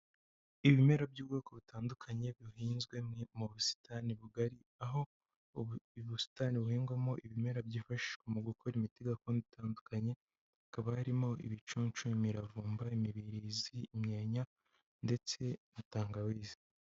Ibimera by'ubwoko butandukanye bihinzwe mu busitani bugari, aho ubu busitani buhingwamo ibimera byifashishwa mu gukora imiti gakondo itandukanye, hakaba harimo ibicuncu, imiravumba, imibirizi, imyenya ndetse na tangawizi.